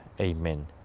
Amen